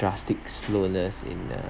drastic slowness in the